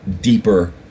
deeper